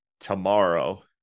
tomorrow